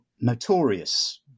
notorious